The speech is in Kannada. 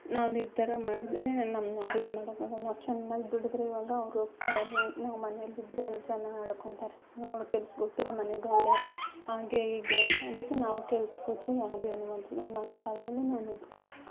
ನಾವು ನಿರ್ಧಾರ ಮಾಡಿದ್ರೆ ನಮ್ಮನ್ನ ಯಾರು ಇದು ಮಾಡೋಕಾಗಲ್ಲ ಚೆನ್ನಾಗ್ ದುಡಿದ್ರೆ ಇವಾಗ ಅವ್ರ ಹೋಗ್ತವ್ರೆ ನಾವು ಮನೆಯಲ್ ಇದ್ದರೆ ಜನ ಆಡ್ಕೊತಾರೆ ನೋಡು ಕೆಲ್ಸಕ್ಕೆ ಹೋಗ್ದಿರಾ ಮನೆಯಗವ್ಳೆ ಹಾಗೆ ಈಗೆ ಅಂತ ಅದಕ್ಕೆ ನಾವು ಕೆಲ್ಸಕ್ಕೆ ಹೋದ್ರೆ ಯಾರು ಏನು ಮಾತಾಡಲ್ಲ ನಮ್ಮ ಕಾಲು ಮೇಲೆ ನಾವು ನಿಂತ್ಕೋಬೇಕು